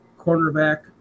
cornerback